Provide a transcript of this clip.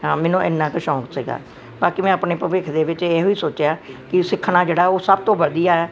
ਹਾਂ ਮੈਨੂੰ ਇੰਨਾ ਕੁ ਸ਼ੋਂਕ ਸੀਗਾ ਬਾਕੀ ਮੈਂ ਆਪਣੇ ਭਵਿੱਖ ਦੇ ਵਿੱਚ ਇਹ ਵੀ ਸੋਚਿਆ ਕਿ ਸਿੱਖਣਾ ਜਿਹੜਾ ਉਹ ਸਭ ਤੋਂ ਵਧੀਆ ਹੈ